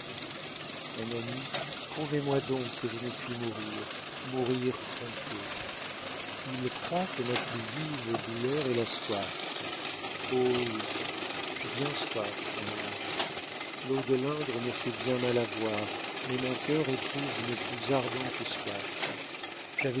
mon ami prouvez-moi donc que je ne puis mourir mourir trompée ils croient que ma plus vive douleur est la soif oh oui j'ai bien soif mon ami l'eau de l'indre me fait bien mal à voir mais mon cœur éprouve une plus ardente soif